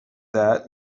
that